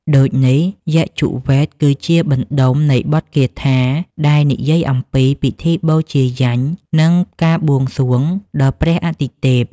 ដូចនេះ យជុវ៌េទគឺជាបណ្ដុំនៃបទគាថាដែលនិយាយអំពី ពិធីបូជាយញ្ញ និងការបួងសួងដល់ព្រះអាទិទេព។